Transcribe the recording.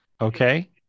Okay